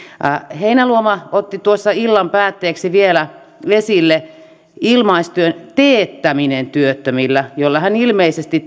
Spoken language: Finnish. heinäluoma otti tuossa illan päätteeksi vielä esille ilmaistyön teettämisen työttömillä jolla hän ilmeisesti